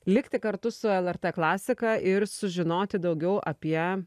likti kartu su lrt klasika ir sužinoti daugiau apie